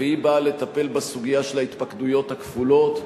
והיא באה לטפל בסוגיה של ההתפקדויות הכפולות,